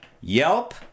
Yelp